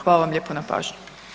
Hvala vam lijepa na pažnji.